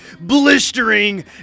blistering